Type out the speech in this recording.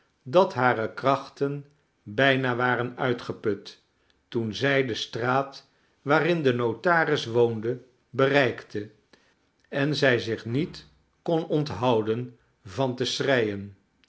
dat hare krachten bijna waren uitgeput toen zij de straat waarin de notaris woonde bereikte en zij zich niet kon onthouden van te schreien